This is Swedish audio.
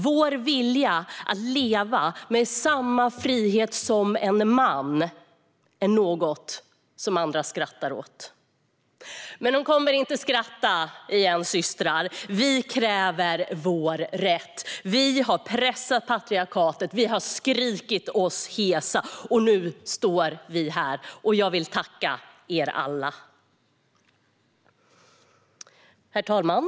Vår vilja att leva med samma frihet som en man är något som andra skrattar åt. Men de kommer inte att skratta igen, systrar. Vi kräver vår rätt. Vi har pressat patriarkatet. Vi har skrikit oss hesa. Och nu står vi här. Jag vill tacka er alla. Herr talman!